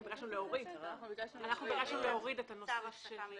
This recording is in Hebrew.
אנחנו ביקשנו להוריד את הנושא של